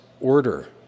order